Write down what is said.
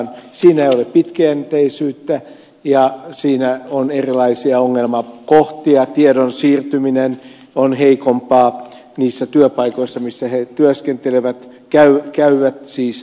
toiminnassa ei ole pitkäjänteisyyttä ja siinä on erilaisia ongelmakohtia tiedonsiirtyminen on heikompaa niissä työpaikoissa missä he työskentelevät siis käyvät työskentelemässä